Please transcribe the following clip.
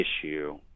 issue